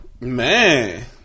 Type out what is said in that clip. Man